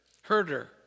Herder